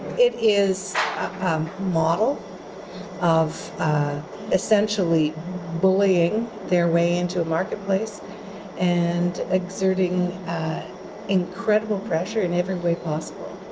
it is a model of essentially bullying their way into a marketplace and exerting incredible pressure in every way possible.